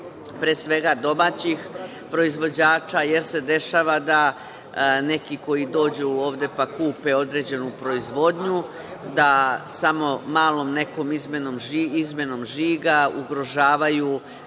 pre svega, domaćih proizvođača, jer se dešava da neki koji dođu ovde pa kupe određenu proizvodnju, da samo malom nekom izmenom žiga, ugrožavaju